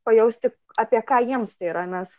pajausti apie ką jiems tai yra nes